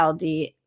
LD